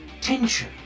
tension